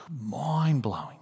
Mind-blowing